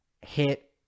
hit